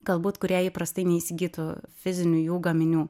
galbūt kurie įprastai neįsigytų fizinių jų gaminių